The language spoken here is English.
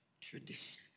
tradition